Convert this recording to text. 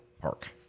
Park